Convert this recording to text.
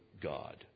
God